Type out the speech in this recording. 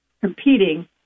competing